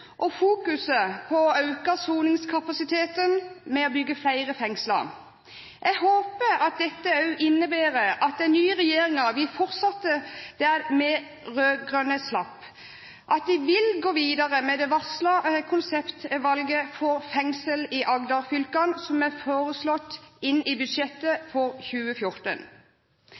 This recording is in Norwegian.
og det gjelder fokuseringen på å øke soningskapasiteten ved å bygge flere fengsler. Jeg håper dette også innebærer at den nye regjeringen vil fortsette der de rød-grønne slapp, og at den vil gå videre med det varslede konseptvalget for fengsel i Agder-fylkene, som er foreslått i budsjettet for 2014.